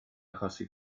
achosi